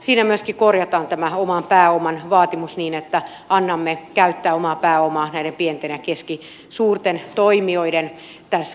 siinä myöskin korjataan tämä oman pääoman vaatimus niin että annamme näiden pienten ja keskisuurten toimijoiden käyttää omaa pääomaa tässä käynnistysavustuksen osana